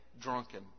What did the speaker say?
drunken